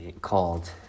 called